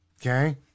okay